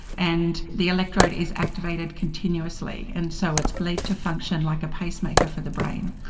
and the electrode is activated continuously, and so it's believed to function like a pacemaker for the brain.